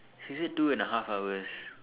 she said two and half hours